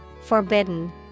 Forbidden